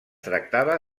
tractava